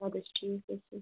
اَدٕ حظ ٹھیٖک حظ چھُ